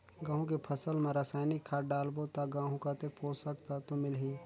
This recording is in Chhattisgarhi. गंहू के फसल मा रसायनिक खाद डालबो ता गंहू कतेक पोषक तत्व मिलही?